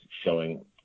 showing